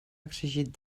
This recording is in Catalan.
exigit